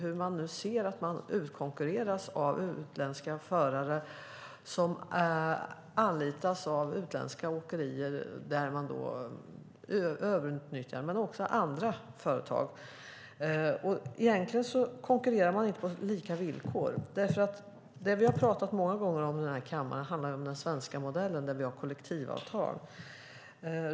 De ser hur de nu utkonkurreras av utländska förare, som anlitas av utländska åkerier som överutnyttjar dem, men också av andra företag. Egentligen konkurrerar man inte på lika villkor. Det som vi har talat om många gånger i den här kammaren handlar om den svenska modellen med kollektivavtal.